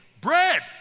bread